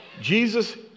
Jesus